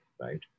right